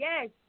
Yes